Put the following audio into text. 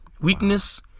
Weakness